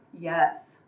Yes